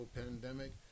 pandemic